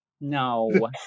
No